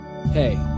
Hey